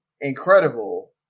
incredible